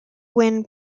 win